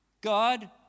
God